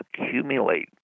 accumulate